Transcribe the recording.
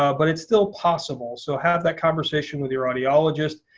um but it's still possible. so have that conversation with your audiologist.